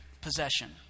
possession